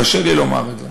קשר לי לומר את זה,